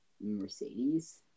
Mercedes